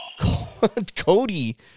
Cody